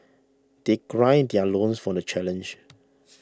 they gird their loins for the challenge